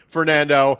Fernando